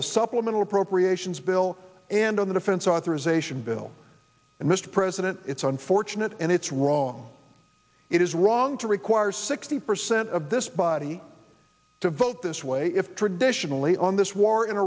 the supplemental appropriations bill and on the defense authorization bill and mr president it's unfortunate and it's wrong it is wrong to require sixty percent of this body to vote this way if traditionally on this war in